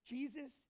Jesus